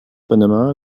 panama